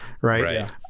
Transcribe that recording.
Right